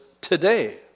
Today